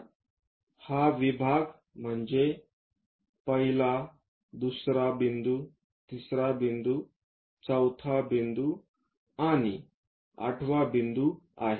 तर हा विभाग म्हणजे ए पहिला दुसरा बिंदू तिसरा बिंदू चौथा बिंदू आणि आठवा बिंदू आहे